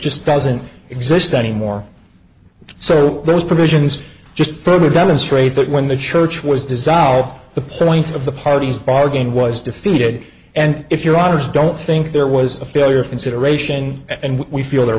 just doesn't exist anymore so those provisions just further demonstrate that when the church was dissolved the point of the parties bargain was defeated and if your authors don't think there was a failure of consideration and we feel that